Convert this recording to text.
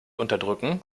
unterdrücken